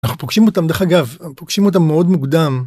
אנחנו פוגשים אותם דרך אגב, אנחנו פוגשים אותם מאוד מוקדם.